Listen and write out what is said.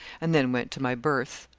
and then went to my berth.